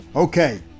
Okay